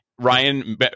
Ryan